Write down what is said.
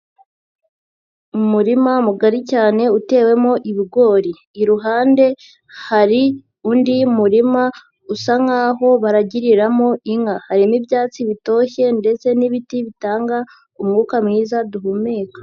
Umurima mugari cyane utewemo ibigori, iruhande hari undi murima usa nk'aho baragiriramo inka, harimo ibyatsi bitoshye ndetse n'ibiti bitanga umwuka mwiza duhumeka.